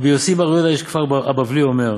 רבי יוסי בר יהודה איש כפר הבבלי אומר,